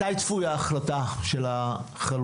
מתי צפויה החלטה של החלוקה?